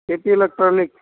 K P electronic